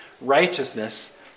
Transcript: righteousness